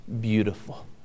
beautiful